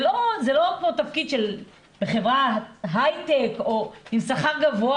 זה לא תפקיד בחברת הייטק או עם שכר גבוה,